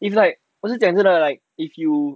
if like 我是讲真的 if you